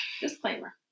disclaimer